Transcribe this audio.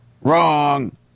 Wrong